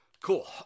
Cool